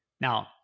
Now